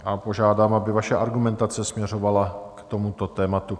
A požádám, aby vaše argumentace směřovala k tomuto tématu.